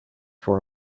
for